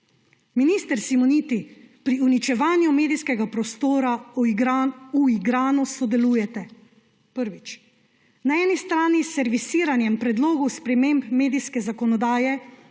Minister Simoniti, pri uničevanju medijskega prostora uigrano sodelujte: prvič, na eni strani s servisiranjem predlogov sprememb medijske zakonodaje,